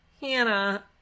Hannah